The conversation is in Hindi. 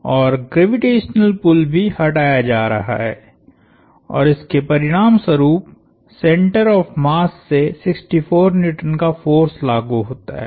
और ग्रेविटेशनल पुल भी हटाया जा रहा है और इसके परिणामस्वरूप सेंटर ऑफ़ मास से 64N का फोर्स लागु होता है